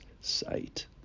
sight